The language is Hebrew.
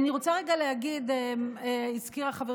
כמובן שמשרד השיכון אחראי לרישום הקבלנים לכיבוי אש,